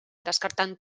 descartant